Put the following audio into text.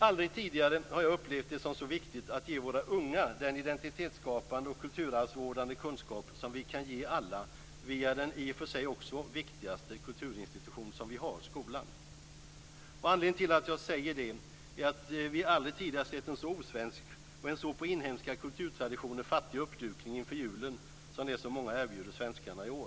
Aldrig tidigare har jag upplevt det som så viktigt att ge våra unga den identitetsskapande och kulturarvsvårdande kunskap som vi kan ge alla via den i och för sig också viktigaste kulturinstitution som vi har, skolan. Anledningen till att jag säger det är att vi aldrig tidigare sett en så osvensk och en så på inhemska kulturtraditioner fattig uppdukning inför julen som det som många erbjuder svenskarna i år.